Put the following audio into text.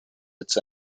its